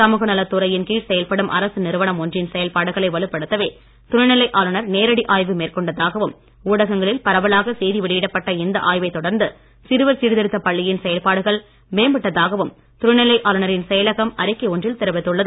சமுக நலத்துறையின் கீழ் செயல்படும் அரசு நிறுவனம் ஒன்றின் செயல்பாடுகளை வலுப்படுத்தவே துணைநிலை ஆளுநர் நேரடி ஆய்வு மேற்கொண்டதாகவும் ஊடகங்களில் பரவலாக செய்தி வெளியிடப்பட்ட இந்த ஆய்வைத் தொடர்ந்து சிறுவர் சீர்திருத்தப் பள்ளியின் செயல்பாடுகள் மேம்பட்டதாகவும் துணைநிலை ஆளுநரின் செயலகம் அறிக்கை ஒன்றில் தெரிவித்துள்ளது